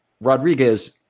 Rodriguez